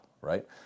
right